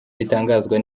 bitangazwa